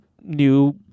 new